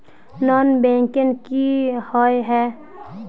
Non banking किए हिये है?